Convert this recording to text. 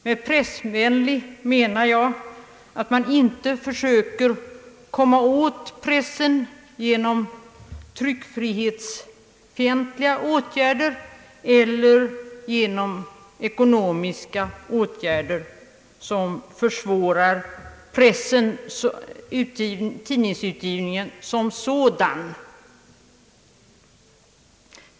Med pressvänlig atmosfär menar jag att man inte försöker komma åt pressen genom tryckfrihetsfientliga åtgärder eller genom sådana ekonomiska som försvårar tidningsutgivningen.